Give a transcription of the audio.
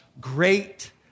great